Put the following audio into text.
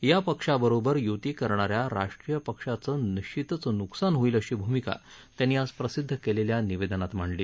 या पक्षाबरोबर य्ती करणा या राष्ट्रीय पक्षाचं निश्चितच न्कसान होईल अशी भूमिका त्यांनी आज प्रसिद्ध केलेल्या निवेदनात मांडली